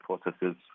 processes